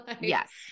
Yes